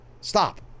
Stop